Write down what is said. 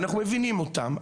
ואנחנו מבינים אותן,